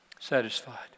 Satisfied